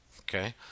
okay